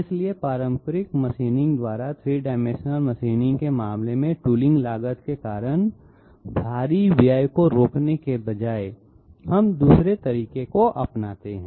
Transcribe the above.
इसलिए पारंपरिक मशीनिंग द्वारा 3 डाइमेंशनल मशीनिंग के मामले में टूलींग लागत के कारण भारी व्यय को रोकने के बजाय हम दूसरों के तरीकों के लिए जाते हैं